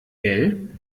gell